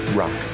rock